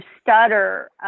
stutter